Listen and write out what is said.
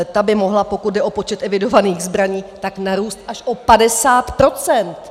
Ta by mohla, pokud jde o počet evidovaných zbraní, narůst až o 50 %!